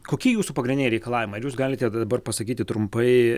kokie jūsų pagrindiniai reikalavimai ar jūs galite dabar pasakyti trumpai